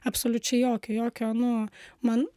absoliučiai jokio jokio nu man